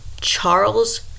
Charles